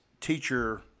teacher